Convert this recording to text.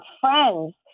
friends